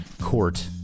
court